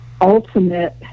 ultimate